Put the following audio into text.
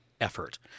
effort